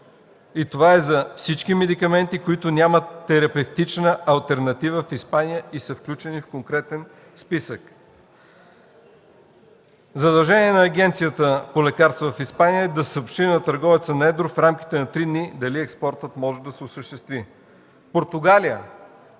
и това е за всички медикаменти, които нямат терапевтична алтернатива в Испания и са включени в конкретен списък. Задължение на Агенцията по лекарства в Испания е да съобщи на търговеца на едро в рамките на три дни дали експортът може да се осъществи. Португалия.